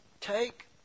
Take